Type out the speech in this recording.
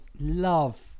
love